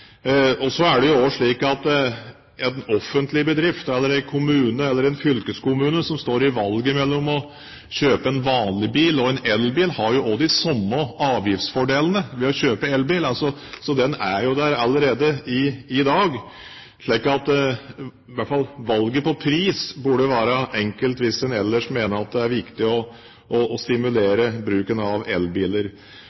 offentlig bedrift, en kommune eller en fylkeskommune som har valget mellom å kjøpe en vanlig bil og en elbil, har de samme avgiftsfordelene ved å kjøpe elbil – de er jo der allerede i dag – slik at valget med tanke på pris burde i hvert fall være enkelt hvis man mener det er viktig å stimulere bruken av elbiler. Jeg mener at den enkelte virksomhet må være best egnet til å